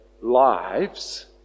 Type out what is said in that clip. lives